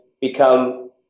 become